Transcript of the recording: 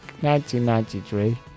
1993